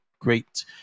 great